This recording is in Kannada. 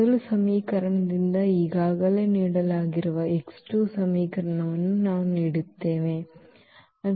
ಮೊದಲ ಸಮೀಕರಣದಿಂದ ಈಗಾಗಲೇ ನೀಡಲಾಗಿರುವ ಈ x 2 ಸಮೀಕರಣವನ್ನು ನಾವು ನೀಡುತ್ತೇವೆ